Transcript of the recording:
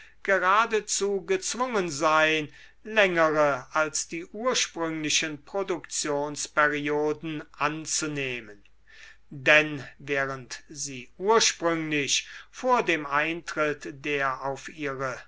geradezu gezwungen sein längere als die ursprünglichen produktionsperioden anzunehmen denn während sie ursprünglich vor dem eintritt der auf ihre